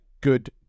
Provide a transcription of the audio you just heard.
good